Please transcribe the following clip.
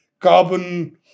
carbon